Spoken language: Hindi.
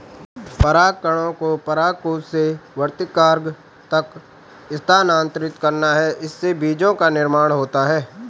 परागकणों को परागकोश से वर्तिकाग्र तक स्थानांतरित करना है, इससे बीजो का निर्माण होता है